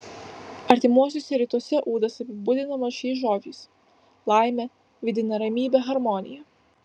artimuosiuose rytuose ūdas apibūdinamas šiais žodžiais laimė vidinė ramybė harmonija